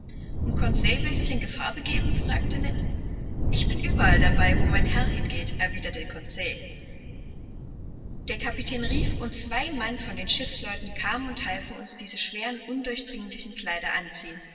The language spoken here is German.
und conseil will sich in gefahr begeben fragte ned ich bin überall dabei wo mein herr hin geht erwiderte conseil der kapitän rief und zwei mann von den schiffsleuten kamen und halfen uns diese schweren undurchdringlichen kleider anziehen